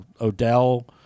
Odell